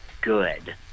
good